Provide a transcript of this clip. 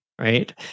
Right